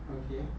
okay